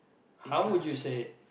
how would you say it